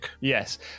Yes